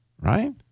right